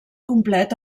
complet